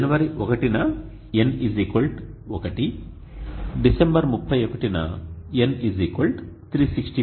జనవరి1 న N 1 December 31న N 365